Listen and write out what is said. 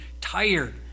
tired